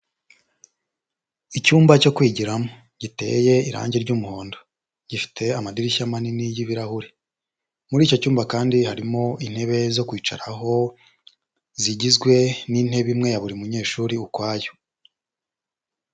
Icyumba cyo kwigiramo giteye irange ry'umuhondo, gifite amadirishya manini y'ibirahure, muri icyo cyumba kandi harimo intebe zo kwicaraho, zigizwe n'intebe imwe ya buri munyeshuri ukwayo.